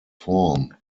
form